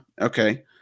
Okay